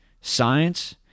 science